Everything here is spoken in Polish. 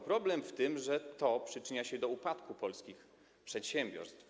Problem w tym, że to przyczynia się do upadku polskich przedsiębiorstw.